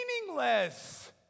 meaningless